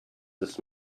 this